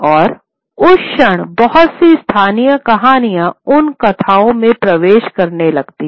और उस क्षण बहुत सी स्थानीय कहानियाँ इन कथाओं में प्रवेश करने लगती हैं